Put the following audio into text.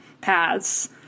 paths